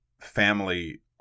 family